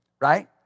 right